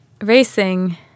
racing